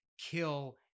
kill